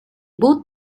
both